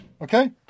Okay